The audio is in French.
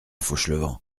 fauchelevent